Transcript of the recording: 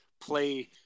play